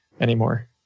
anymore